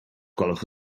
gwelwch